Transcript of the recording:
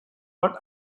but